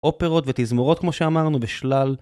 אופרות ותזמורות, כמו שאמרנו, בשלל ...